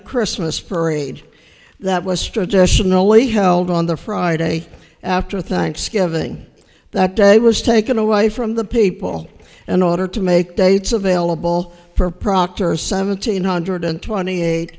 a christmas parade that was traditionally held on the friday after thanksgiving that day was taken away from the people in order to make dates available for procter seventeen hundred and twenty eight